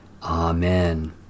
Amen